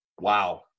Wow